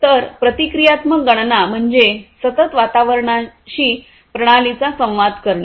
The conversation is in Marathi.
तर प्रतिक्रियात्मक गणना म्हणजे सतत वातावरणाशी प्रणालीचा संवाद करणे